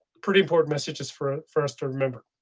pretty important messages for for us to remember.